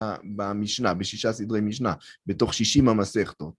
במשנה, בשישה סדרי משנה, בתוך שישים המסכתות.